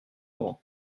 grand